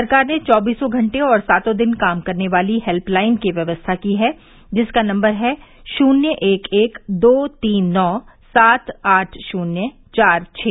सरकार ने चौबीसो घंटे और सातो दिन काम करने वाली हेल्यलाइन की व्यवस्था की है जिसका नम्बर है शून्य एक एक दो तीन नौ सात आठ शून्य चार छः